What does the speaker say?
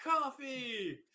coffee